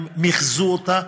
הם המחיזו אותה,